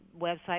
website